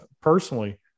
personally